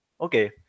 Okay